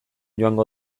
joango